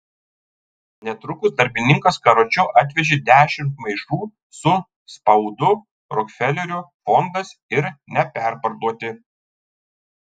netrukus darbininkas karučiu atvežė dešimt maišų su spaudu rokfelerio fondas ir neperparduoti